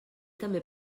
també